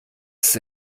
ist